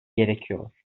gerekiyor